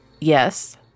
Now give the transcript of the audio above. yes